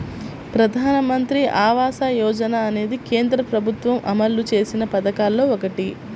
ప్రధానమంత్రి ఆవాస యోజన అనేది కేంద్ర ప్రభుత్వం అమలు చేసిన పథకాల్లో ఒకటి